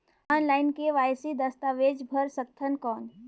Online KYC दस्तावेज भर सकथन कौन?